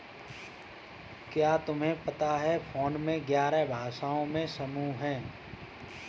क्या तुम्हें पता है फोन पे ग्यारह भाषाओं में मौजूद है?